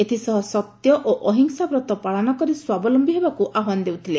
ଏଥି ସହ ସତ୍ୟ ଓ ଅହିସାଂ ବ୍ରତ ପାଳନ କରି ସ୍ୱାବଲମ୍ୟୀ ହେବାକୁ ଆହ୍ୱାନ ଦେଉଥିଲେ